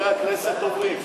לחברי הכנסת אומרים.